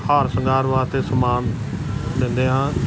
ਹਾਰ ਸ਼ਿੰਗਾਰ ਵਾਸਤੇ ਸਮਾਨ ਦਿੰਦੇ ਹਾਂ